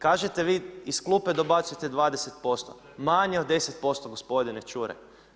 Kažete vi, iz klupe dobacujete 20%, manje od 10% gospodine Čuraj.